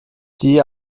die